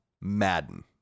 Madden